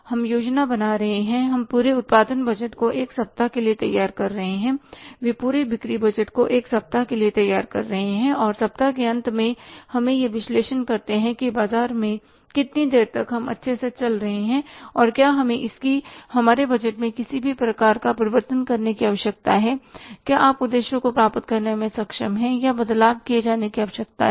हम योजना बना रहे हैं हम पूरे उत्पादन बजट को 1 सप्ताह के लिए तैयार कर रहे हैं वे पूरे बिक्री बजट को 1 सप्ताह के लिए तैयार कर रहे हैं और सप्ताह के अंत में हम यह विश्लेषण करते हैं कि बाजार में कितनी देर तक हम अच्छे से चल रहे हैं और क्या हमें इसकी हमारे बजट में किसी भी प्रकार का परिवर्तन करने की आवश्यकता है क्या आप उद्देश्य को प्राप्त करने में सक्षम हैं या कुछ बदलाव किए जाने की आवश्यकता है